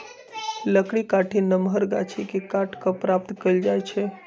लकड़ी काठी नमहर गाछि के काट कऽ प्राप्त कएल जाइ छइ